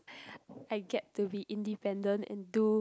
I get to be independent and do